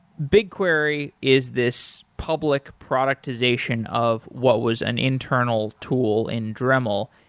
bigquery is this public productization of what was an internal tool in dremel,